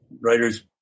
writers